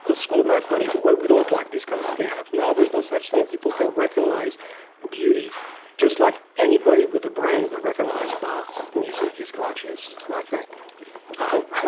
ah school of mathematics, well, we don't like this kind of theorem. no, there's no such thing. people can recognize beauty just like anybody with a brain will recognize bach's music is gorgeous. i think i hope